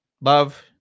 Love